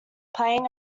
playing